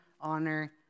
honor